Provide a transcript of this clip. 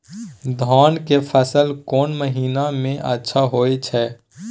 धान के फसल कोन महिना में अच्छा होय छै?